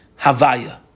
Havaya